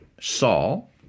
Saul